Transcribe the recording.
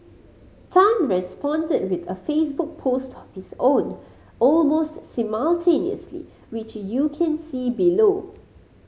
Tan responded with a Facebook post of his own almost simultaneously which you can see below